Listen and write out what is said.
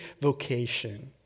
vocation